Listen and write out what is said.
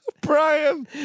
Brian